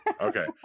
okay